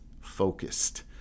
focused